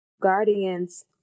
guardians